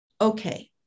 Okay